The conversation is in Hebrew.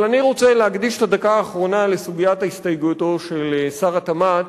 אבל אני רוצה להקדיש את הדקה האחרונה לסוגיית הסתייגותו של שר התמ"ת,